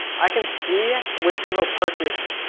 i can see which people purchased,